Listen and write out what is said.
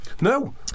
No